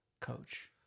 Coach